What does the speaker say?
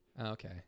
Okay